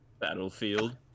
Battlefield